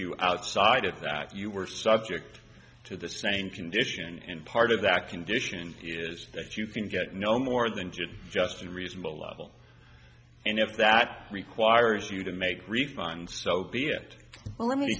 you outside of that you were subject to the same condition and part of that condition is that you can get no more than just just a reasonable level and if that requires you to make refunds so be it